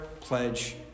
Pledge